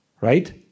Right